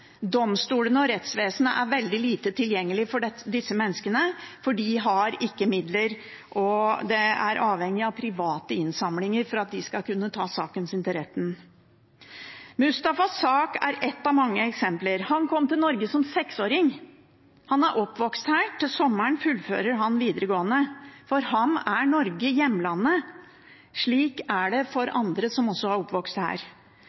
domstolene og rettsvesenet er veldig lite tilgjengelig for disse menneskene, for de har ikke midler. De er avhengige av private innsamlinger for at de skal kunne ta saken sin til retten. Mustafas sak er et av mange eksempler. Han kom til Norge som seksåring. Han er oppvokst her, til sommeren fullfører han videregående. For ham er Norge hjemlandet. Slik er det også for andre som er oppvokst her.